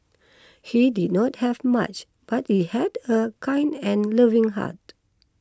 he did not have much but he had a kind and loving heart